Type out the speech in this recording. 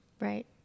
Right